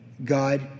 God